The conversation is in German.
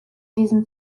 diesem